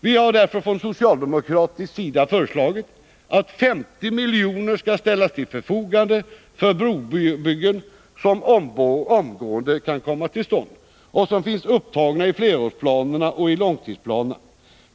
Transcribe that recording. Vi har därför från socialdemokratisk sida föreslagit att 50 miljoner skall ställas till förfogande för brobyggen som omgående kan komma till stånd och som finns upptagna i flerårsplanerna och i långtidsplanerna.